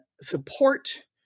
support